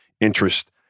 interest